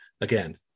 again